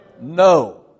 No